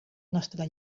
nostre